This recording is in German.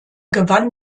gewann